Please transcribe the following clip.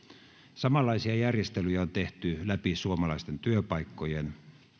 samanlaisia järjestelyjä on tehty läpi suomalaisten työpaikkojen